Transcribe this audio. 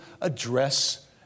address